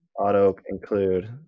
auto-include